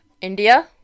India